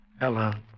Ella